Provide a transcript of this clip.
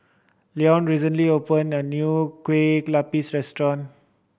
Leone recently opened a new Kueh Lupis restaurant